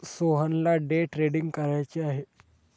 सोहनला day trading करायचे आहे